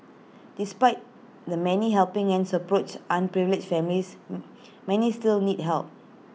despite the many helping hands approach underprivileged families many still need help